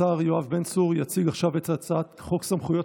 השר יואב בן צור יציג עכשיו את הצעת חוק סמכויות